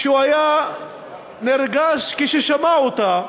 שהוא היה נרגש כשהוא שמע אותה,